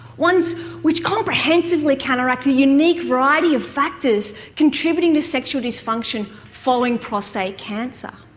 ones which comprehensively counteract the unique variety of factors contributing to sexual dysfunction following prostate cancer.